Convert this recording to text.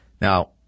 Now